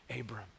Abram